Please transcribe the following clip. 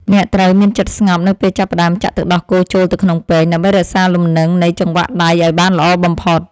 អ្នកត្រូវមានចិត្តស្ងប់នៅពេលចាប់ផ្តើមចាក់ទឹកដោះគោចូលទៅក្នុងពែង ដើម្បីរក្សាលំនឹងនៃចង្វាក់ដៃឱ្យបានល្អបំផុត។